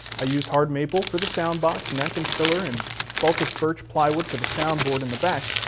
i used hard maple for the sound box, neck, and pillar, and baltic birch plywood for the soundboard in the back.